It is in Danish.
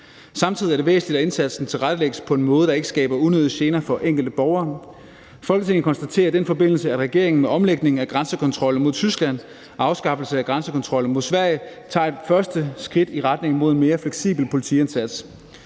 Samtidig er det væsentligt, at indsatsen tilrettelægges på en måde, der ikke skaber unødig gene for den enkelte borger. Folketinget konstaterer i den forbindelse, at regeringen – med omlægningen af grænsekontrollen mod Tyskland og afskaffelsen af grænsekontrollen mod Sverige – tager et første skridt i retning mod en mere fleksibel politiindsats.